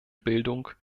bildung